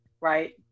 right